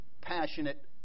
passionate